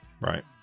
Right